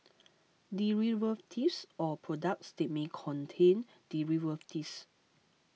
derivatives or products that may contain derivatives